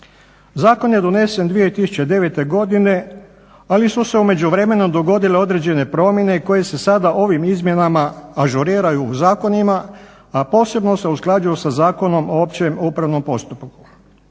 Zakon je donesen 2009.godine, ali su se u međuvremenu dogodile određene promjene koje se sada ovim izmjenama ažuriraju u zakonima, a posebno se usklađuju sa Zakonom o općem upravnom postupku.